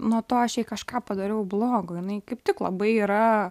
nuo to aš jai kažką padariau blogo jinai kaip tik labai yra